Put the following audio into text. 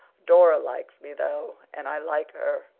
dora likes me though, and i like her,